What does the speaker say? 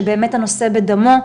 שבאמת הנושא בדמו,